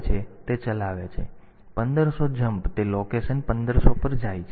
તેથી તે ચલાવે છે તેથી 1500 જમ્પ તે લોકેશન 1500 પર જાય છે